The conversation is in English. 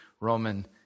Roman